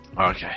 Okay